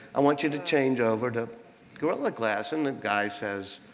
i want you to change over to gorilla glass. and the guy says,